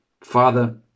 Father